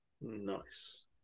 Nice